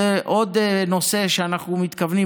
זה עוד נושא שאנחנו מתכוונים,